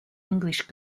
english